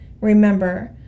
remember